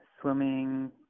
swimming